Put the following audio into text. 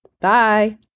Bye